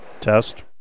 Test